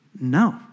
no